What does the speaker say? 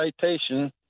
citation